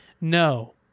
no